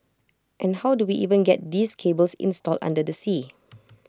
and how do we even get these cables installed under the sea